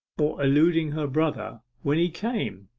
or eluding her brother when he came.